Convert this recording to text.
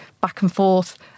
back-and-forth